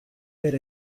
per